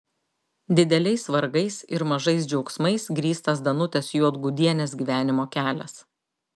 dideliais vargais ir mažais džiaugsmais grįstas danutės juodgudienės gyvenimo kelias